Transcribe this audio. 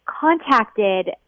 contacted